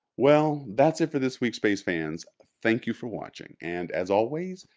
well, that's it for this week space fans thank you for watching and as always,